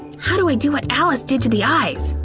how do i do what alice did to the eyes?